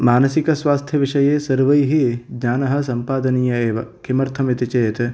मानसिकस्वास्थ्य विषये सर्वैः ज्ञानः सम्पादनीयः एव किमर्थम् इति चेत्